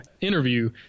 interview